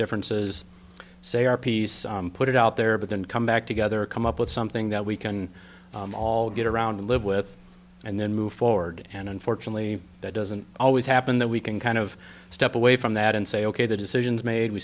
differences say our piece put it out there but then come back together come up with something that we can all get around and live with and then move forward and unfortunately that doesn't always happen that we can kind of step away from that and say ok the decisions made we